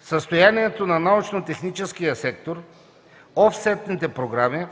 състоянието на научно-техническия сектор, офсетните програми,